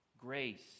grace